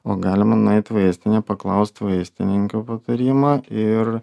o galima nueit vaistinė paklaust vaistininkių patarimo ir